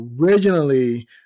originally